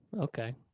Okay